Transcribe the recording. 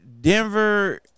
Denver